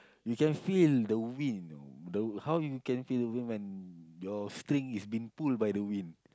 you can feel the wind you know the how you can feel the wind when your string is been pulled by the wind